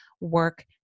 work